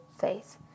faith